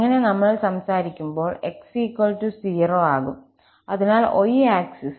അങ്ങനെ നമ്മൾ സംസാരിക്കുമ്പോൾ 𝑥 0 അതിനാൽ y ആക്സിസ്